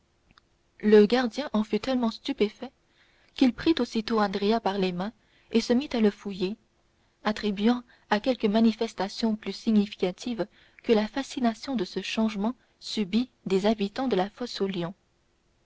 le gardien en fut tellement stupéfait qu'il prit aussitôt andrea par les mains et se mit à le fouiller attribuant à quelques manifestations plus significatives que la fascination ce changement subit des habitants de la fosse aux lions andrea